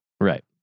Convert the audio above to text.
Right